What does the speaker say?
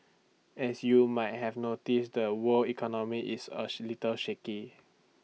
as you might have noticed the world economy is A she little shaky